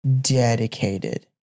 dedicated